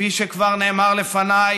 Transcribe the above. כפי שכבר נאמר לפניי,